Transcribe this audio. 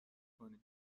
کنی